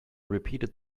repeated